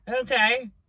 okay